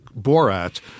Borat